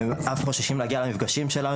הם חוששים להגיע למפגשים שלנו,